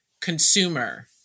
consumer